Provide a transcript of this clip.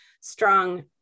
strong